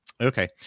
okay